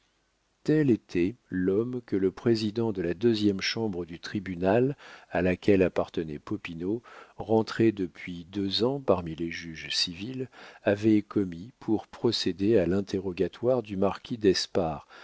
tel était l'homme que le président de la deuxième chambre du tribunal à laquelle appartenait popinot rentré depuis deux ans parmi les juges civils avait commis pour procéder à l'interrogatoire du marquis d'espard